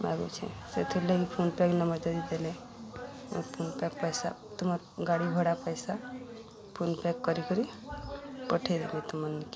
ମାଗୁଛେ ସେଥିର୍ ଲାଗି phone pack ନମ୍ବରଟ ଦେଇଦେଲେ ଫୋନ ପ୍ୟାକ୍ ପଇସା ତୁମର ଗାଡ଼ି ଭଡ଼ା ପଇସା ଫୋନ୍ ପେକ୍ କରିକରି ପଠେଇଦେବି ତୁମର୍ ନିକେ